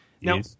Now